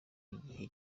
igihe